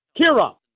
Kira